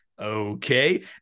okay